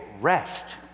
rest